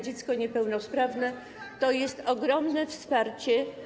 dziecko niepełnosprawne to jest ogromne wsparcie.